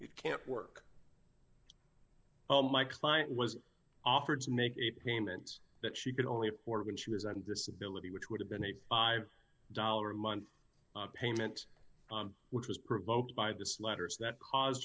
it can't work oh my client was offered to make a payment that she could only afford when she was on disability which would have been a five dollars a month payment which was provoked by this letters that caused